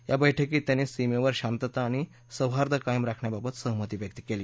या बैठकीत त्यांनी सीमेवर शांतता आणि सौहार्द कायम राखण्याबाबत सहमती व्यक्त केली